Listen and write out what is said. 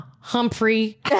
Humphrey